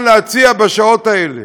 שאפשר להציע בשעות האלה.